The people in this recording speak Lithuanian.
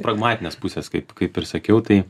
pragmatinės pusės kaip kaip ir sakiau tai